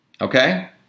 Okay